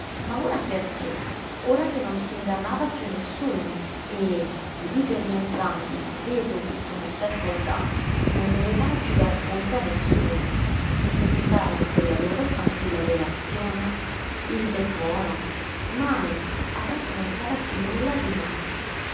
ma ora perché ora che non si ingannava più nessuno e liberi entrambi vedovi d'una certa età non dovevano più dar conto a nessuno se seguitavano quella loro tranquilla relazione il decoro ma anzi adesso non c'era più nulla di male